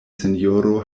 sinjoro